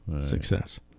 success